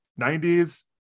90s